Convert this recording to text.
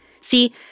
See